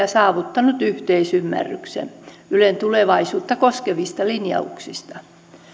ja saavuttanut yhteisymmärryksen ylen tulevaisuutta koskevista linjauksista